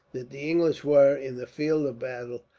that the english were, in the field of battle,